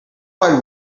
wide